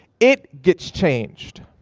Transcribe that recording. it gets changed.